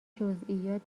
جزییات